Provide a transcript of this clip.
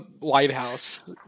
lighthouse